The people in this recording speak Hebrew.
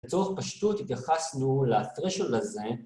‫לצורך הפשטות התייחסנו ל-threshold הזה.